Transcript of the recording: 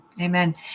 Amen